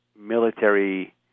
military